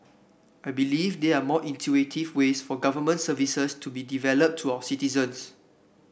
I believe there are more intuitive ways for government services to be delivered to our citizens